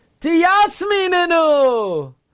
tiyasminenu